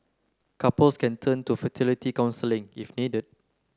couples can turn to fertility counselling if needed